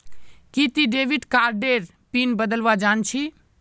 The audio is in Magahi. कि ती डेविड कार्डेर पिन बदलवा जानछी